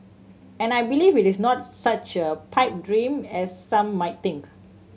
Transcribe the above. and I believe it is not such a pipe dream as some might think